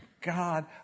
God